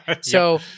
so-